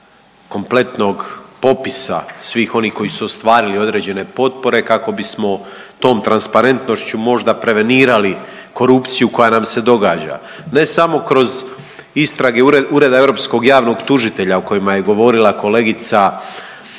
kompletnog popisa svih onih koji su ostvarili određene potpore kako bismo tom transparentnošću možda prevenirali korupcija koja nam se događa, ne samo kroz istrage Ureda europskog javnog tužitelja o kojima je govorila kolegica